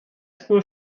school